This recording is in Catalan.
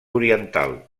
oriental